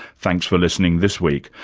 thanks for listening this week.